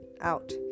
out